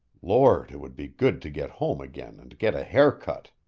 lord, it would be good to get home again and get a haircut!